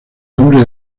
nombre